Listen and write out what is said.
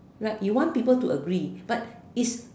like you want people to agree but is